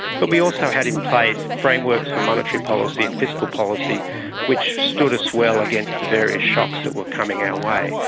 but we also had in place frameworks for monetary policy and fiscal policy which stood us well against the various shocks that were coming our way.